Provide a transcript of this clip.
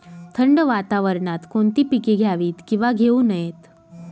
थंड वातावरणात कोणती पिके घ्यावीत? किंवा घेऊ नयेत?